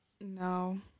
No